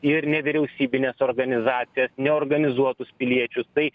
ir nevyriausybines organizacijas neorganizuotus piliečius tai